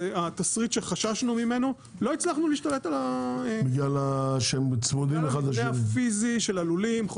זה התסריט שחששנו ממנו - לא הצלחנו להשתלט בגלל המבנה הפיזי של הלולים.